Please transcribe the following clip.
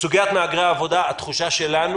2. סוגיית מהגרי העבודה התחושה שלנו